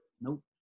Nope